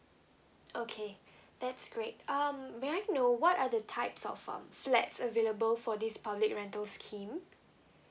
okay that's great um may I know what are the types of um flats available for this public rental scheme